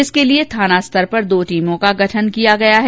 इसके लिए थाना स्तर पर टीमों का गठन किया गया है